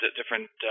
different